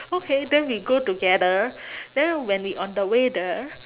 okay then we go together then when we on the way there